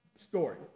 story